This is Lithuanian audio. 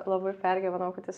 labai pergyvenau kad jis